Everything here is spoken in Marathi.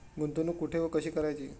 गुंतवणूक कुठे व कशी करायची?